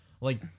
like-